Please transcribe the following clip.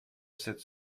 cette